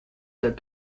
that